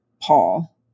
Paul